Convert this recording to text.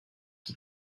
qui